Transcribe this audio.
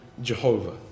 Jehovah